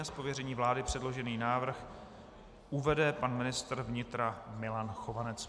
Z pověření vlády předložený návrh uvede pan ministr vnitra Milan Chovanec.